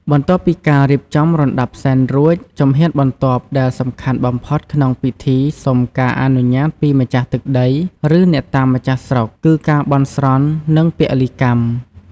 បន្ទាប់ពីការរៀបចំរណ្តាប់សែនរួច ជំហានបន្ទាប់ដែលសំខាន់បំផុតក្នុងពិធីសុំការអនុញ្ញាតពីម្ចាស់ទឹកដី ឬអ្នកតាម្ចាស់ស្រុក គឺការបន់ស្រន់ និងពលីកម្ម។